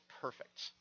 perfect